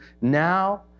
now